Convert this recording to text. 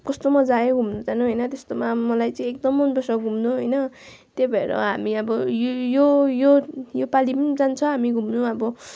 कस्तो मजा आयो घुम्नु जानु होइन त्यस्तोमा मलाई चाहिँ एकदम मन पर्छ घुम्नु होइन त्यही भएर हामी अब यो यो यो यो यो पालि पनि जान्छ हामी घुम्नु अब